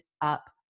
up